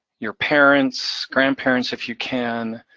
your parents, grandparents if you can,